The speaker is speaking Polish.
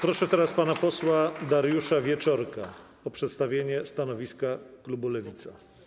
Proszę teraz pana posła Dariusza Wieczorka o przedstawienie stanowiska klubu Lewica.